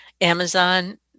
Amazon